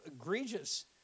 egregious